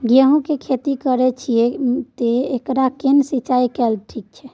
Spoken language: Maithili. गेहूं की खेती करे छिये ते एकरा केना के सिंचाई कैल ठीक रहते?